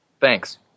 Thanks